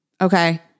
Okay